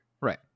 Right